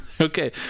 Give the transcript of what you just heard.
Okay